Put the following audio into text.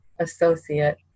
associate